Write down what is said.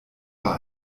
war